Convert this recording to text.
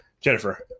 Jennifer